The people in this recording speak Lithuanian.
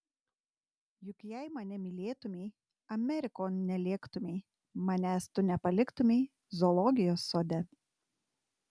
juk jei mane mylėtumei amerikon nelėktumei manęs tu nepaliktumei zoologijos sode